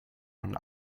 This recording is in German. und